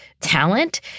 talent